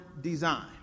design